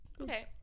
Okay